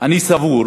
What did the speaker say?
אני סבור